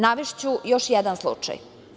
Navešću još jedan slučaj.